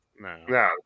No